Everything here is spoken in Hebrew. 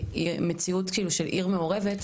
לעו״סים במציאות של עיר מעורבת,